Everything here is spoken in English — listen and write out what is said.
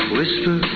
Whisper